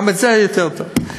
גם זה יותר טוב.